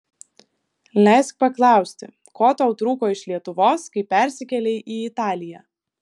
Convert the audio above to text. leisk paklausti ko tau trūko iš lietuvos kai persikėlei į italiją